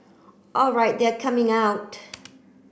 alright they are coming out